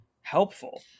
helpful